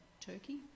Turkey